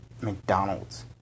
...McDonald's